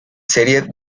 serie